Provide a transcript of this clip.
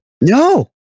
No